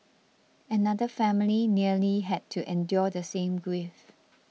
another family nearly had to endure the same grief